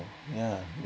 yeah